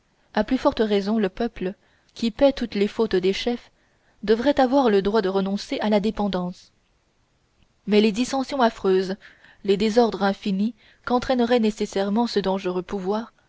à plus forte raison le peuple qui paye toutes les fautes des chefs devrait avoir le droit de renoncer à la dépendance mais les dissensions affreuses les désordres infinis qu'entraînerait nécessairement ce dangereux pouvoir